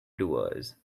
doers